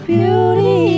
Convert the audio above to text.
Beauty